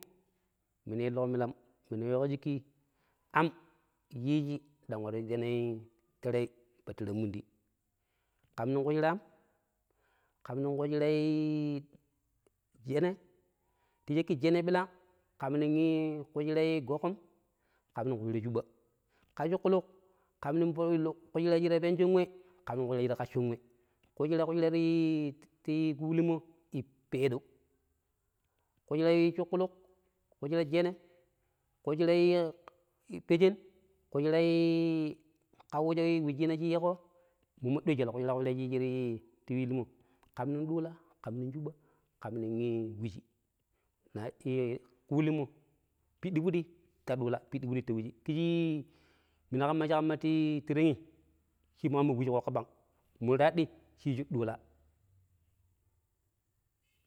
﻿Minu illuƙo milam minu weeƙo shikki am yiiji dang waran shenee tere pattaramundi ƙam nong ƙushira ƙan nong ƙushirai jere ta shakki jene ɓirang ƙam nong kushira gonƙom ƙam ƙushira shuɓa. Ƙa shuƙƙuluk ƙam nong ƙushura shi ta penjon we, ƙam ƙushira ƙaccon we. Ƙushira-kushira ti ƙuulumo i peedou. KUshira shukku lukƙushira jene, ƙushira peshen ƙushira ƙauwujo wauciina shi yiiƙo, mommo ɗoi jwal ƙushira-ƙushira shi yiiji ti ƙuulimo, ƙam nong ɗuula ƙam nong shuba ƙam nong wuji. nai ƙuuli mo, piddi fuɗi ta ɗuula piddi fuɗi ta wuji kiji minu ƙamma shi ƙamma ti te'ngi shiimu ƙamma wuji ƙooƙƙo ɓang mu raɗɗi shiyu ɗuula.